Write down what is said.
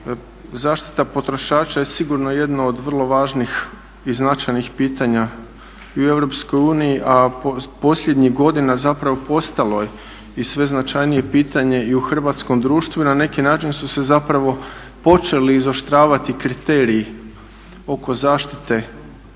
zaštita potrošača je sigurno jedno od vrlo važnih i značajnih pitanja i u EU a posljednjih godina zapravo postalo je i sve značajnije pitanje i u hrvatskom društvu i na neki način su se zapravo počeli izoštravati kriteriji oko zaštite onih